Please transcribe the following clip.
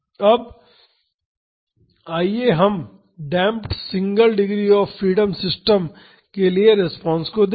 अब आइए हम damped single degree of freedom system के लिए रिस्पांस देखें